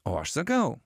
o aš sakau